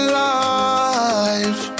life